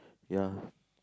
ya